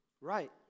Right